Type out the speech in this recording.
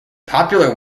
popular